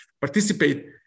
participate